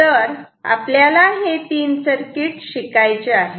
तर आपल्याला हे तीन सर्किट शिकायचे आहेत